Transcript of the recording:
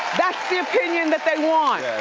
that's the opinion that they want.